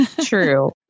true